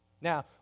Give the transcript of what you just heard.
Now